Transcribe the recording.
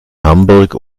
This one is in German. hamburg